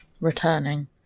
returning